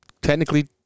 technically